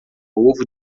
ovo